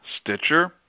Stitcher